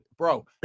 bro